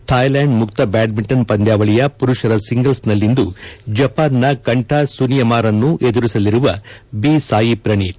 Thailand ಮುಕ್ತ badminton ಪಂದ್ಯಾವಳಿಯ ಪುರುಷರ ಸಿಂಗಲ್ಪ್ ನಲ್ಲಿಂದು ಶ್ ಜಪಾನ್ನ ಕಂಠಾ ಸುನಿಯಮಾರನ್ನು ಎದುರಿಸಲಿರುವ ಬಿ ಸಾಯಿ ಪ್ರಣೀತ್